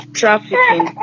trafficking